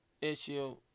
issue